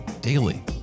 daily